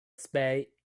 spade